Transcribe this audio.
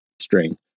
string